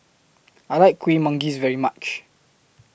I like Kueh Manggis very much